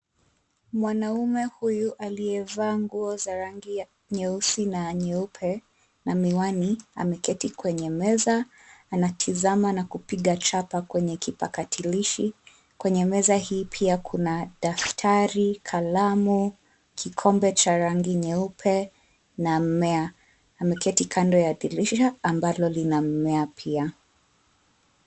Mwanaume huyu aliyevaa nguo za rangi ya nyeusi na nyeupe na miwani ameketi kwenye meza, anatazama na kupiga chapa kwenye kipakatalishi. Kwenye meza hii pia kuna daftari, kalamu, kikombe cha rangi nyeupe na mmea. Ameketi kando ya dirisha ambalo lina mmea pia.